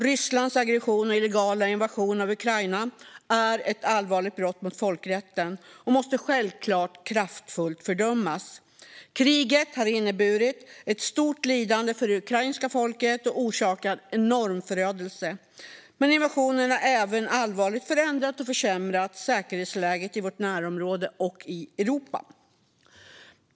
Rysslands aggression och illegala invasion av Ukraina är ett allvarligt brott mot folkrätten och måste självklart kraftfullt fördömas. Kriget har inneburit ett stort lidande för det ukrainska folket och orsakat enorm förödelse. Men invasionen har även allvarligt förändrat och försämrat säkerhetsläget i vårt närområde och i Europa.